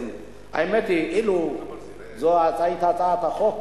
האמת היא שאילו זו היתה הצעת החוק